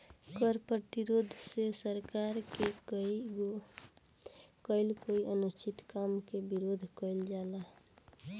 कर प्रतिरोध से सरकार के कईल कोई अनुचित काम के विरोध कईल जाला